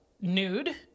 nude